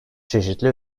çeşitli